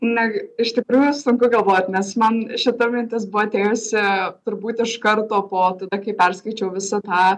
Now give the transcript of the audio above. negal iš tikrųjų sunku galvot nes man šita mintis buvo atėjusi turbūt iš karto po tada kai perskaičiau visą tą